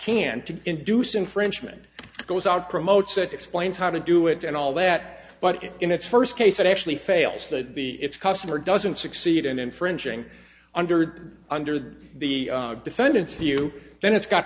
can to induce infringement goes out promotes it explains how to do it and all that but in its first case it actually fails that the its customer doesn't succeed in infringing under under the defendants you then it's got